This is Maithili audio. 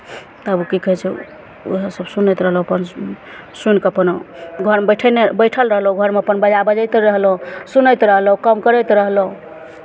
तब की कहै छै उएहसभ सुनैत रहलहुँ अपन सुनि कऽ अपन घरमे बैठयने बैठल रहलहुँ घरमे अपन बाजा बजैत रहलहुँ सुनैत रहलहुँ काम करैत रहलहुँ